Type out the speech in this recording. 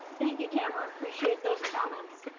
thank you tamara. i appreciate those comments.